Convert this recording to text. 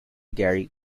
gary